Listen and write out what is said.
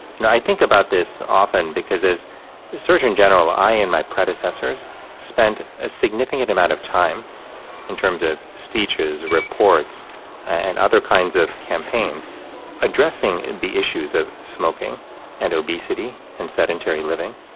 you know, i think about this often because as surgeon general, i and my predecessors spent a significant amount of time in terms of speeches, reports and other kinds of campaigns addressing the issues of smoking and obesity and sedentary living,